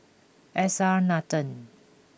S R Nathan